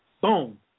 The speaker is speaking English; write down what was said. Boom